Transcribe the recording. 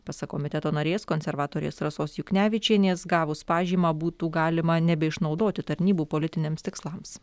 pasak komiteto narės konservatorės rasos juknevičienės gavus pažymą būtų galima nebeišnaudoti tarnybų politiniams tikslams